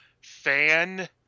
fan